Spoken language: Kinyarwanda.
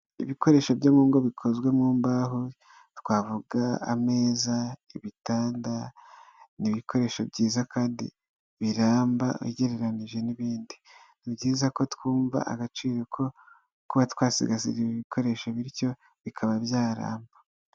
Ibikoresho byo mu ngo bikozwe mu mbaho, twavuga ameza, ibitanda, ni ibikoresho byiza kandi biramba ugereranije n'ibindi. Ni byiza ko twumva agaciro ko kuba twasigasira ibi bikoresho, bityo bikaba byaramba.